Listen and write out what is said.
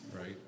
right